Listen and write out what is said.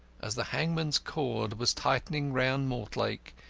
as the hangman's cord was tightening round mortlake,